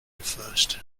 first